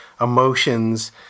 emotions